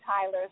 Tyler